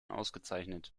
ausgezeichnet